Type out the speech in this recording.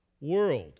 world